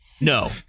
No